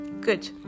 Good